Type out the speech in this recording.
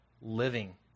living